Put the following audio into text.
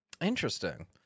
Interesting